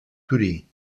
torí